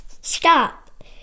stop